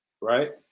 right